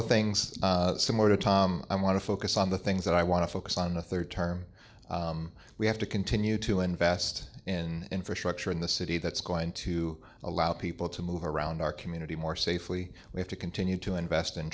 of things similar to tom i want to focus on the things that i want to focus on the third term we have to continue to invest in infrastructure in the city that's going to allow people to move around our community more safely we have to continue to invest in